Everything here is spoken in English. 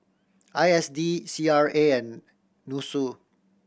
I S D C R A and NUSSU